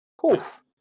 Poof